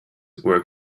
were